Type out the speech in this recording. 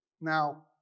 Now